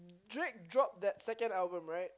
Drake dropped that second album right